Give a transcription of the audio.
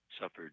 suffered